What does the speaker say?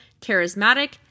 charismatic